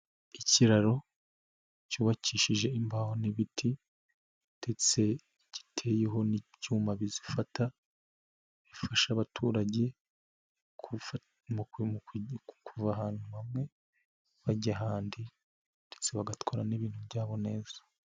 Ikiraro cyubakishije imbaho n'ibiti ndetse giteyeho n'ibyuma bizifata, bifasha abaturage kuva ahantu hamwe bajya ahandi ndetse bagatwara n'ibintu byabo neza.